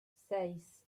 seis